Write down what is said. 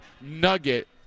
nugget